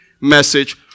message